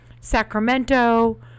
Sacramento